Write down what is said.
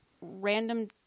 random